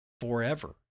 forever